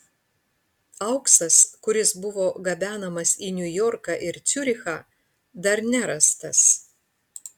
auksas kuris buvo gabenamas į niujorką ir ciurichą dar nerastas